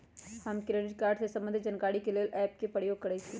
हम credit card से संबंधित जानकारी के लेल एप के प्रयोग करइछि